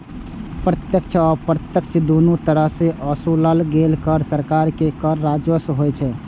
प्रत्यक्ष आ अप्रत्यक्ष, दुनू तरह सं ओसूलल गेल कर सरकार के कर राजस्व होइ छै